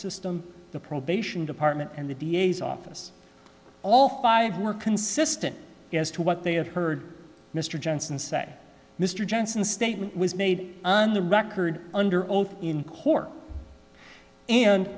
system the probation department and the d a s office all five were consistent yes to what they had heard mr johnson say mr johnson statement was made on the record under oath in court and